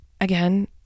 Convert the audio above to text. again